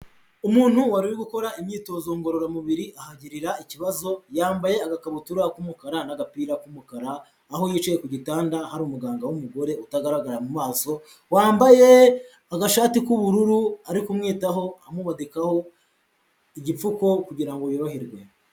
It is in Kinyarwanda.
Umuntu wari uri gukora imyitozo ngororamubiri ahagirira ikibazo, yambaye agakabutura k'umukara n'agapira k'umukara, aho yicaye ku gitanda hari umuganga w'umugore utagaragara mu maso, wambaye agashati k'ubururu, ari kumwitaho, amubadikaho igipfuko kugira ngo yoroherwe.